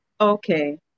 Okay